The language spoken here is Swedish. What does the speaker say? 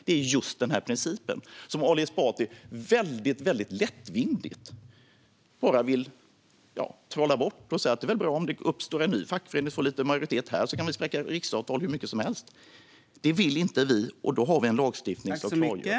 Det är just den här principen, som Ali Esbati bara lättvindigt vill trolla bort. Han säger: Det är väl bra om det uppstår en ny fackförening som får lite majoritet, så kan man spräcka riksavtal hur mycket som helst! Det vill inte vi, och därför har vi en lagstiftning som klargör detta.